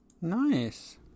Nice